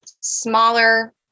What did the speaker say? smaller